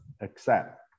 accept